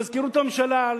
למזכירות הממשלה,